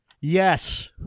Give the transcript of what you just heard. Yes